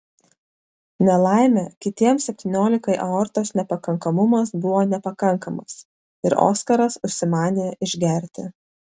nelaimė kitiems septyniolikai aortos nepakankamumas buvo nepakankamas ir oskaras užsimanė išgerti